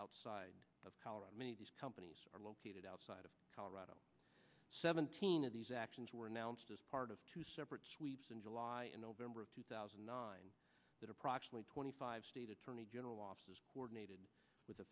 outside of colorado many of these companies are located outside of colorado seventeen of these actions were announced as part of two separate sweeps in july and november of two thousand and nine that approximately twenty five state attorney general offices ordinated with the